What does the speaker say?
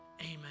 Amen